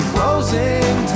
Closing